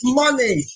money